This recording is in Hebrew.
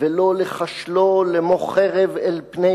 ולא לחשלו למו חרב אל פני